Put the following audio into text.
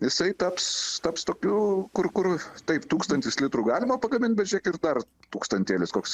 jisai taps taps tokiu kur kur taip tūkstantis litrų galima pagamint bet žiūrėk ir dar tūkstantėlis koks